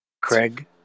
Craig